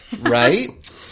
right